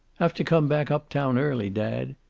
have to come back up-town early, dad,